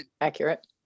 accurate